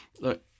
look